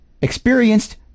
experienced